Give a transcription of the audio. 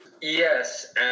yes